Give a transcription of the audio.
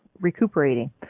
recuperating